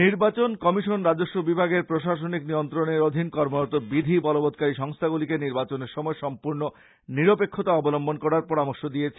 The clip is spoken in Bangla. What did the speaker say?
নির্বাচন কমিশন রাজস্ব বিভাগের প্রশাসনিক নিয়ন্ত্রনের অধীন কর্মরত বিধি বলবৎকারী সংস্থাগুলিকে নির্বাচনের সময় সম্পূর্ণ নিরপেক্ষতা অবলম্বন করার পরামর্শ দিয়েছে